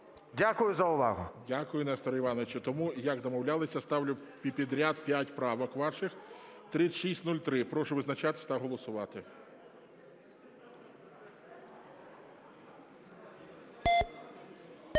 Дякую за увагу. ГОЛОВУЮЧИЙ. Дякую, Несторе Івановичу. Тому, як і домовлялись, ставлю підряд 5 правок ваших. 3603. Прошу визначатись та голосувати.